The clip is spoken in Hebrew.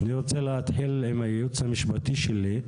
אני רוצה להתחיל עם הייעוץ המשפטי של הוועדה,